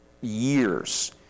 years